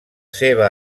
seva